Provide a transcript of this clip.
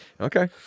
okay